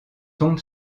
tombe